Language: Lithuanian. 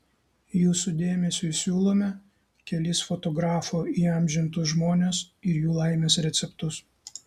jūsų dėmesiui siūlome kelis fotografo įamžintus žmones ir jų laimės receptus